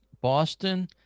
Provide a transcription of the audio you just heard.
Boston